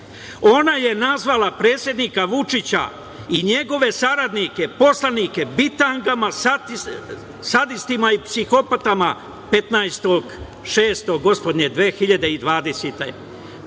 Ona je nazvala predsednika Vučića i njegove saradnike, poslanike, bitangama, sadistima i psihopatama 15. juna gospodnje 2020.